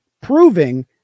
proving